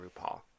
RuPaul